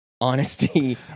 honesty